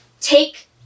take